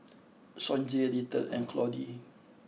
Sonji Little and Claude